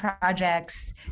projects